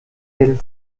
del